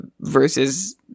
versus